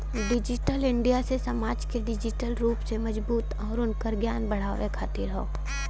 digital India से समाज के डिजिटल रूप से मजबूत आउर उनकर ज्ञान बढ़ावे खातिर हौ